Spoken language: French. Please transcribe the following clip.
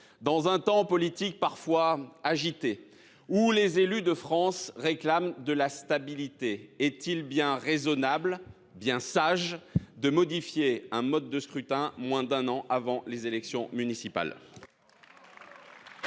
dans un temps politique parfois agité, alors que les élus de France réclament de la stabilité, est il bien sage de modifier un mode de scrutin moins d’un an avant les élections municipales ?